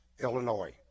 Illinois